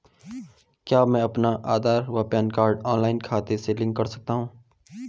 क्या मैं अपना आधार व पैन कार्ड ऑनलाइन खाते से लिंक कर सकता हूँ?